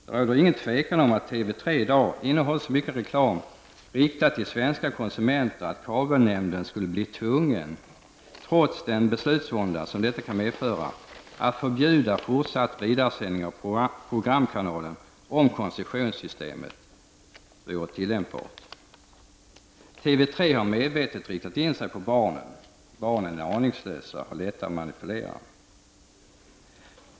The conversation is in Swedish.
Det råder inget tvivel om att TV 3 i dag innehåller så mycket reklam riktad till svenska konsumenter att kabelnämnden skulle bli tvungen, trots den beslutsvånda som detta kan medföra, att förbjuda fortsatt vidaresändning av programkanalen om koncessionssystemet vore tillämpbart. TV 3 har medvetet riktat in sig på barnen. Barn är aningslösa och lätta att manipulera.